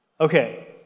Okay